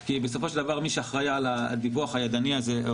כי בסופו של דבר מי שאחראי על הדיווח הידני הזה,